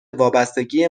وابستگی